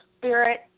spirit